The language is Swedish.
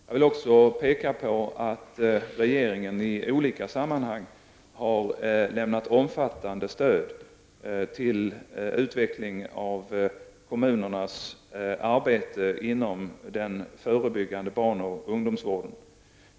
Jag vill också peka på att regeringen i olika sammanhang har lämnat omfattande stöd till utveckling av kommunernas arbete inom den förebyggande barn och ungdomsvården.